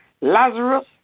Lazarus